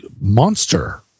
monster